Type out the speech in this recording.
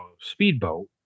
speedboat